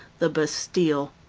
the bastille.